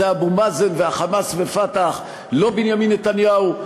זה אבו מאזן וה"חמאס" וה"פתח"; לא בנימין נתניהו,